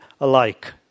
alike